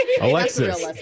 Alexis